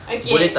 okay